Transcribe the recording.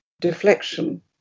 deflection